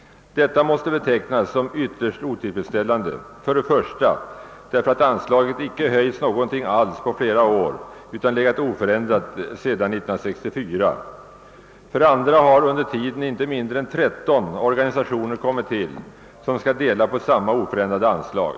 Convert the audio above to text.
Detta måste betecknas som ytterst otillfredsställande. För det första har anslaget inte höjts alls på flera år utan legat oförändrat sedan 1964. För det andra har under tiden inte mindre än tretton organisationer tillkommit som skall dela på samma oförändrade anslag.